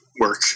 work